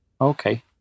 Okay